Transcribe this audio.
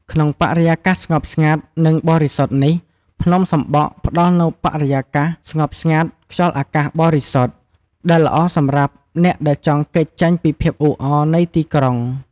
ក្នុងបរិយាកាសស្ងប់ស្ងាត់ និងបរិសុទ្ធនេះភ្នំសំបក់ផ្តល់ជូននូវបរិយាកាសស្ងប់ស្ងាត់ ខ្យល់អាកាសបរិសុទ្ធ ដែលល្អសម្រាប់អ្នកដែលចង់គេចចេញពីភាពអ៊ូអរនៃទីក្រុង ។